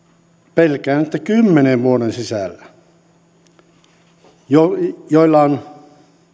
pelkään että kymmenen vuoden sisällä heistä joilla on